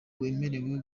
wemerewe